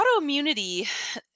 autoimmunity